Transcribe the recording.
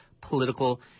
political